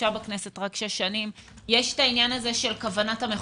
יש את העניין הזה של כוונת המחוקק.